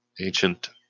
ancient